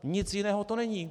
Nic jiného to není.